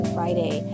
Friday